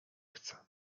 chcę